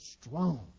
strong